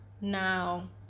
now